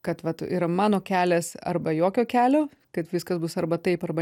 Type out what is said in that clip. kad vat yra mano kelias arba jokio kelio kad viskas bus arba taip arba